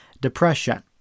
depression